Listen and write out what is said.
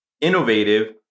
innovative